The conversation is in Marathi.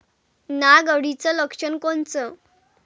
नाग अळीचं लक्षण कोनचं?